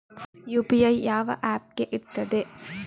UPI ಯಾವ ಯಾವ app ಗೆ ಇರ್ತದೆ?